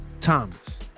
Thomas